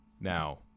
Now